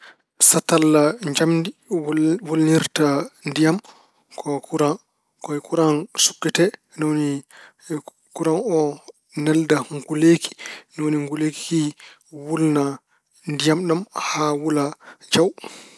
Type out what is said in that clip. Satalla njamndi wul- wulnirta ndiyam ko kuraŋ. Ko e kuraŋ sukkate, ni woni kuraŋ o nelda nguleeki, ni woni nguleeki ki wulna ndiyam ɗam haa wula jaw.